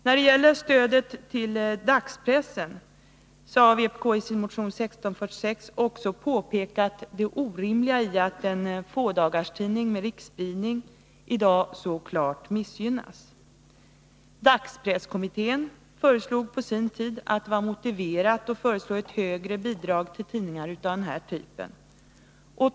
När det gäller stödet till dagspressen har vpk i sin motion 1646 också påpekat det orimliga i att en fådagarstidning med riksspridning i dag så klart missgynnas. Dagspresskommittén föreslog på sin tid att det var motiverat att föreslå ett högre bidrag till tidningar av denna typ.